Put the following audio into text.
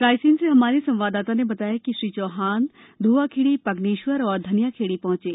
रायसेन से हमारे संवाददाता ने बताया है कि श्री चौहान धोवाखेड़ी पग्नेश्वर और धनियाखेड़ी पहुंचे